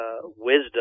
wisdom